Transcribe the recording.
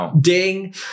ding